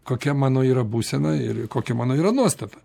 kokia mano yra būsena ir kokia mano yra nuostata